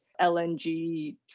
LNG